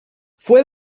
fue